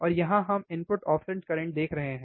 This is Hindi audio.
और यहाँ हम इनपुट ऑफ़सेट करंट देख रहे हैं